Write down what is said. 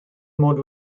mod